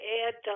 add